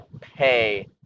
pay